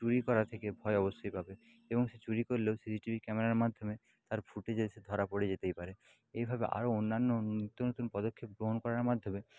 চুরি করা থেকে ভয় অবশ্যই পাবে এবং সে চুরি করলেও সি সি টি ভি ক্যামেরার মাধ্যমে তার ফুটেজে সে ধরা পড়ে যেতেই পারে এইভাবে আরও অন্যান্য নতুন নতুন পদক্ষেপ গ্রহণ করার মাধ্যমে